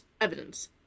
evidence